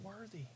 worthy